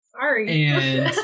Sorry